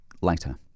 later